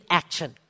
action